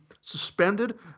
suspended